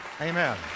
Amen